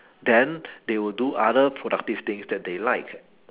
then they will do other productive things that they like